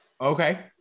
Okay